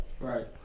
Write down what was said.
Right